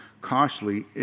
costly